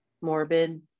morbid